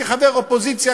כחבר אופוזיציה,